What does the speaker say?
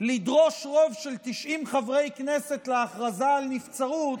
לדרוש רוב של 90 חברי כנסת להכרזה על נבצרות,